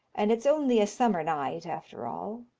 and it's only a summer night after all.